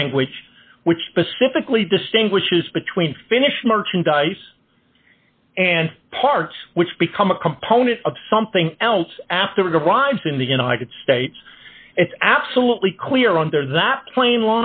language which specifically distinguishes between finnish merchandise and parts which become a component of something else after the riots in the united states it's absolutely clear under that pla